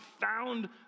found